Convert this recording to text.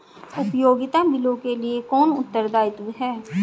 उपयोगिता बिलों के लिए कौन उत्तरदायी है?